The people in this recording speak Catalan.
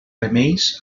remeis